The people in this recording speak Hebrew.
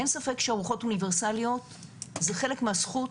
אין ספק שארוחות אוניברסליות זה חלק מזכות